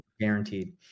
guaranteed